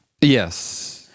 yes